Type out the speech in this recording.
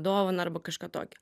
dovaną arba kažką tokio